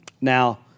Now